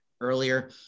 earlier